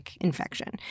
infection